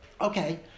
okay